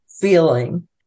feeling